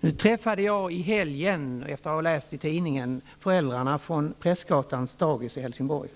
Efter att ha läst om det i tidningen träffade jag i helgen föräldrarna från Prästgatans dagis i Helsingborg,